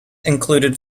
included